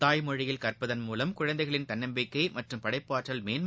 தாய்மொழியில் கற்பதன் மூலம் குழந்தைகளின் தன்னம்பிக்கை மற்றும் படைப்பாற்றல் மேன்மை